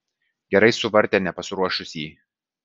gerai suvartė nepasiruošusį